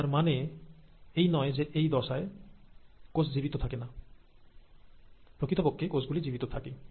তার মানে এই নয় যে এই দশায় কোষ জীবিত থাকে না প্রকৃতপক্ষে কোষগুলি জীবিত থাকে